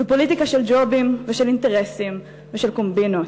זו פוליטיקה של ג'ובים ושל אינטרסים ושל קומבינות.